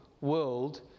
world